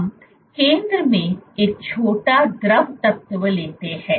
हम केंद्र में एक छोटा द्रव तत्व लेते हैं